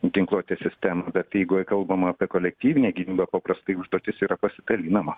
ginkluotės sistemą bet jeigu kalbama apie kolektyvinę gynybą paprastai užduotis yra pasidalinama